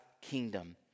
kingdom